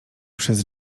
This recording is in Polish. przez